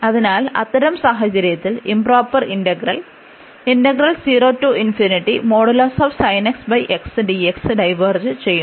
അതിനാൽ അത്തരം സാഹചര്യത്തിൽ ഇംപ്രോപ്പർ ഇന്റഗ്രൽ ഡൈവേർജ് ചെയ്യുന്നു